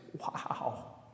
wow